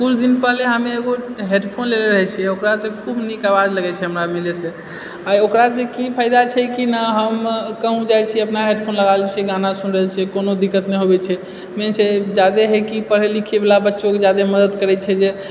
किछु दिन पहिले हम एगो हेडफोन लेले रहै छिऐ ओकरासँ खूब नीक आवाज लगैत छै हमरा मिलैसे आ ओकरासँ की फाइदा छै कि नऽ हम कहुँ जाइ छी अपना हेडफोन लगा लए छियै गाना सुनि रहल छियै कोनो दिक्कत नहि होबैत छै मेन छै छै जादे होइत छै कि पढ़ए लिखए वाला बच्चोकेँ जादे मदद करैत छै जे